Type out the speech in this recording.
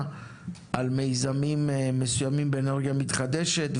על מיזמים מסוימים באנרגיה מתחדשת,